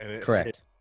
Correct